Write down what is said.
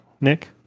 Nick